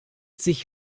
sich